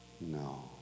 No